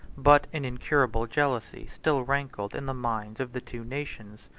but an incurable jealousy still rankled in the minds of the two nations,